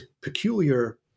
peculiar